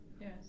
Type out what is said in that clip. yes